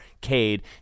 Cade